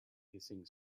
hissing